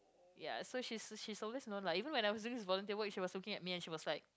ya so she's she's always known lah even when I was doing this volunteer work she was looking at me and she was like